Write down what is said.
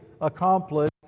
accomplished